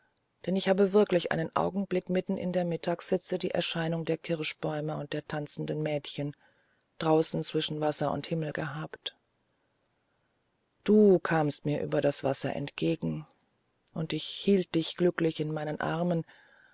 denn ich habe wirklich einen augenblick mitten in der mittaghitze die erscheinung der kirschbäume und der tanzenden mädchen draußen zwischen wasser und himmel gehabt du kamst mir über das wasser entgegen und ich hielt dich glücklich in meinem arm